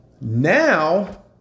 Now